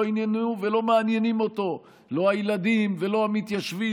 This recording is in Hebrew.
לא עניינו אותו ולא מעניינים לא הילדים ולא המתיישבים,